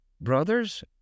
brothers